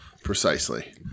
Precisely